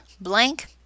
blank